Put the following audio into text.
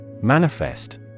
Manifest